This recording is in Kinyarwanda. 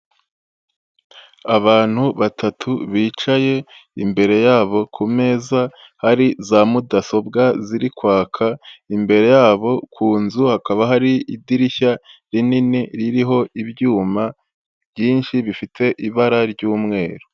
Abantu batatu bicaye, imbere yabo ku meza hari za mudasobwa ziri kwaka, imbere yabo ku nzu hakaba hari idirishya rinini ririho ibyuma byinshi bifite ibara ry'umweru.